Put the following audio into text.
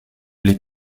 les